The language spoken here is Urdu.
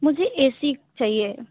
مجھے اے سی چاہیے